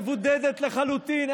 מבודדת לחלוטין,